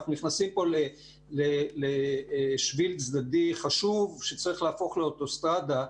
אנחנו נכנסים פה לשביל צדדי חשוב שצריך להפוך לאוטוסטרדה,